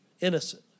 innocent